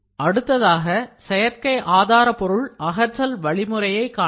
அடுத்ததாக செயற்கை ஆதார பொருள் அகற்றல் வழிமுறையைக் காணலாம்